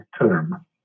term